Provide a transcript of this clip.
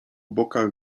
bokach